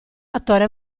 attore